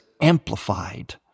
amplified